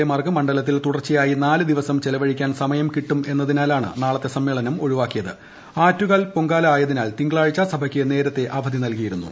A ീമ്യാർക്ക് മണ്ഡലത്തിൽ തുടർച്ചയായി നാല് ദിവസം ചെലവഴിക്ക്ട്ൻ സമയം കിട്ടുമെന്നത് കണക്കിലെടുത്താണ് നാളത്തെ ആറ്റുകാൽ പൊങ്കാല ആയതിനാൽ ് തീങ്കളാഴ്ച സഭയ്ക്ക് നേരത്തെ അവധി നൽകിയിരുന്നു